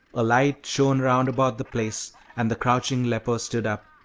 a light shone round about the place, and the crouching leper stood up.